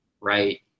right